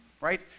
right